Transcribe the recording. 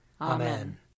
Amen